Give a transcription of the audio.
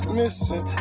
missing